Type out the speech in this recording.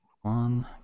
one